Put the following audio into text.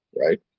right